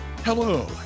Hello